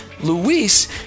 Luis